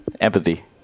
Empathy